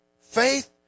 Faith